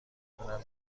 تونم